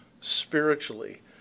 spiritually